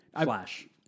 Flash